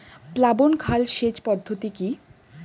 প্লাবন খাল সেচ পদ্ধতি কি?